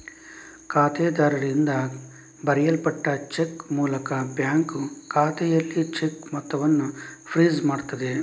ಖಾತೆದಾರರಿಂದ ಬರೆಯಲ್ಪಟ್ಟ ಚೆಕ್ ಮೂಲಕ ಬ್ಯಾಂಕು ಖಾತೆಯಲ್ಲಿ ಚೆಕ್ ಮೊತ್ತವನ್ನ ಫ್ರೀಜ್ ಮಾಡ್ತದೆ